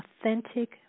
authentic